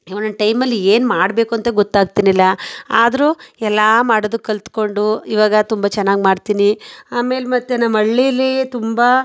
ಒಂದೊಂದು ಟೈಮಲ್ಲಿ ಏನು ಮಾಡಬೇಕು ಅಂತ ಗೊತ್ತಾಗ್ತಿರಲಿಲ್ಲ ಆದರೂ ಎಲ್ಲ ಮಾಡೋದು ಕಲಿತ್ಕೊಂಡು ಈವಾಗ ತುಂಬ ಚೆನ್ನಾಗಿ ಮಾಡ್ತೀನಿ ಆಮೇಲೆ ಮತ್ತು ನಮ್ಮ ಹಳ್ಳಿಲಿ ತುಂಬ